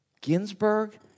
Ginsburg